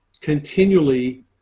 continually